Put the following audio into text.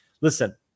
listen